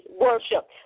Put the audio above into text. worship